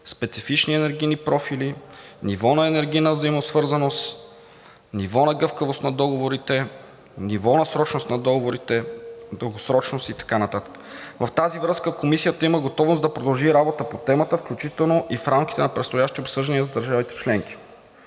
специфични енергийни профили, ниво на енергийна взаимосвързаност, ниво на гъвкавост на договорите, ниво на срочност на договорите, дългосрочност и така нататък. В тази връзка Комисията има готовност да продължи работа по темата, включително и в рамките на предстоящи обсъждания с държавите членки.